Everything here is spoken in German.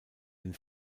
den